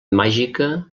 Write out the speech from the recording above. màgica